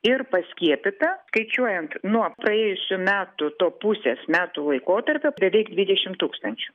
ir paskiepyta skaičiuojant nuo praėjusių metų to pusės metų laikotarpio beveik dvidešimt tūkstančių